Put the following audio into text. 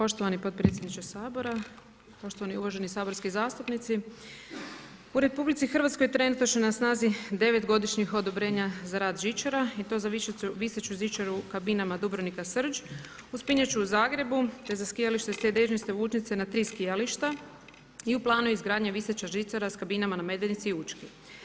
Poštovani potpredsjedniče Sabora, poštovani, uvaženi saborski zastupnici, u RH trenutačno je na snazi 9 godišnjih odobrenja za rad žičara i to za više ću žičaru kabinama Dubrovnika Srđ, uspinjaču u Zagrebu, te za skijalištu … na 3 skijališta i u planu je izgradnja viseća žičara sa kabinama na Medvednici i Učki.